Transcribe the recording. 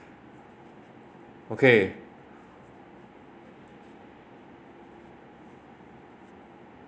okay